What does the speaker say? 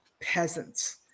peasants